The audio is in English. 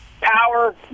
Power